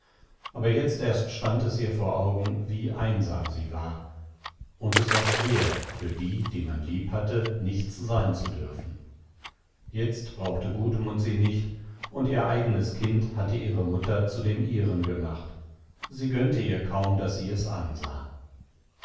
aber jetzt erst stand es ihr vor augen wie einsam sie war und es war schwer für die die man lieb hatte nichts sein zu dürfen jetzt brauchte gudmund sie nicht und ihr eigenes kind hatte ihre mutter zu dem ihren gemacht sie gönnte ihr kaum daß sie es ansah